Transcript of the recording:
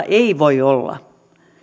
ei voi olla